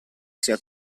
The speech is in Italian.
sia